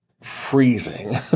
freezing